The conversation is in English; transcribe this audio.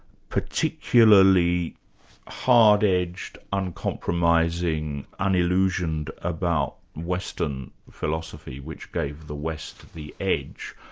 particularly hard-edged, uncompromising, ah unillusioned about western philosophy which gave the west the edge.